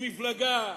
למפלגה